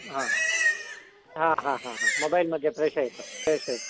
आ हा हा हा हा मोबैल् मध्ये प्रेषयतु प्रेषयतु